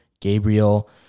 Gabriel